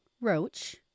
Roach